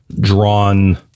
drawn